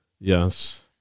yes